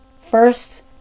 first